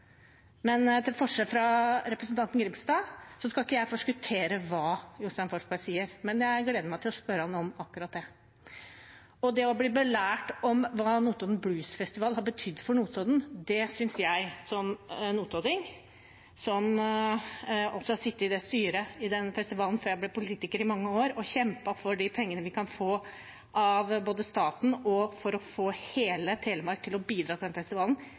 Til forskjell fra representanten Grimstad skal ikke jeg forskuttere hva Jostein Forsberg sier, men jeg gleder meg til å spørre ham om akkurat det. Det å bli belært om hva Notodden Blues Festival har betydd for Notodden, det synes jeg som en notodding – og som også har sittet i styret i den festivalen, før jeg ble politiker, i mange år og kjempet for de pengene vi kan få av staten og for å få hele Telemark til å bidra til